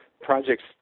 projects